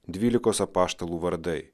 dvylikos apaštalų vardai